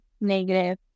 negative